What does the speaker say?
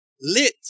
lit